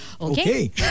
Okay